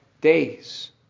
days